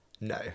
No